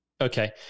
Okay